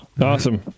Awesome